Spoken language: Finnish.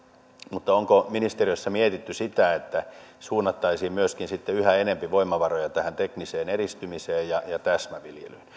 mutta onko ministeriössä mietitty sitä että suunnattaisiin myöskin sitten yhä enempi voimavaroja tähän tekniseen edistymiseen ja täsmäviljelyyn